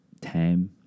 time